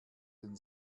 den